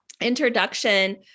introduction